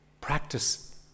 Practice